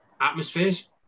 atmospheres